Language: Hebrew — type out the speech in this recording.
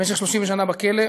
במשך 30 שנה בכלא,